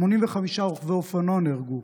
85 רוכבי אופנוע נהרגו,